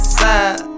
side